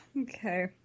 okay